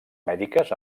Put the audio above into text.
mèdiques